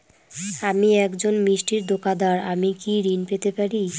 আমি একজন মিষ্টির দোকাদার আমি কি ঋণ পেতে পারি?